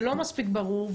זה לא מספיק ברור.